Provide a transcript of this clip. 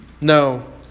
No